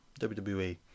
WWE